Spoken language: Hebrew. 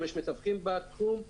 יש מתווכים בתחום,